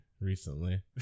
recently